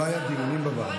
לא היו דיונים בוועדה?